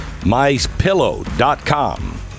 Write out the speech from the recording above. MyPillow.com